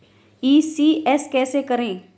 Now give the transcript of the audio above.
ECS कैसे करें?